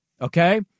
Okay